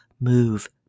move